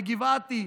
בגבעתי,